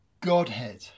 Godhead